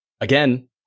again